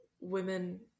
women